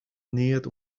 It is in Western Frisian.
neat